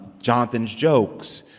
jonathan's jokes,